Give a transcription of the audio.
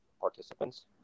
participants